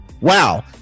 Wow